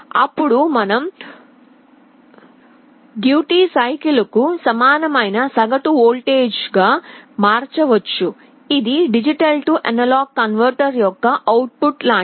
అప్పుడు మనం duty cycle కు సమానమైన సగటు వోల్టేజ్గా మార్చవచ్చు ఇది D A కన్వర్టర్ యొక్క అవుట్ పుట్ లాంటిది